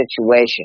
situation